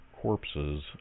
corpses